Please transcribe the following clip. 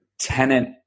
tenant